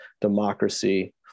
democracy